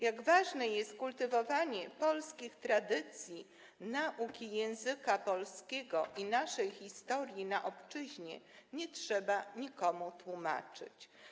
Jak ważne jest kultywowanie polskich tradycji, nauki języka polskiego i naszej historii na obczyźnie, nie trzeba nikomu tłumaczyć.